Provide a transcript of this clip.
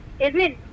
Edwin